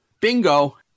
bingo